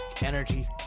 energy